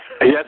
Yes